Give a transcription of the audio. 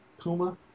puma